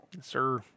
Sir